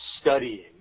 studying